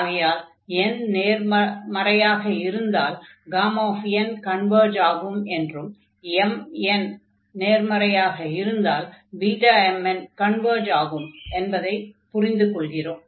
ஆகையால் n நேர்மறையாக இருந்தால் n கன்வர்ஜ் ஆகும் என்றும் mn நேர்மறையாக இருந்தால் Bmn கன்வர்ஜ் ஆகும் என்பதாகப் புரிந்து கொள்கிறோம்